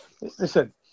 listen